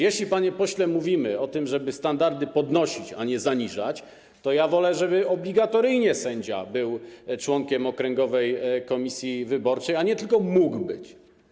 Jeśli, panie pośle, mówimy o tym, żeby standardy podnosić, a nie zaniżać, to wolę, żeby obligatoryjnie sędzia był członkiem okręgowej komisji wyborczej, a nie tylko mógł nim być.